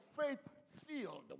faith-filled